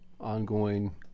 ongoing